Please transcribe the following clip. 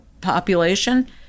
population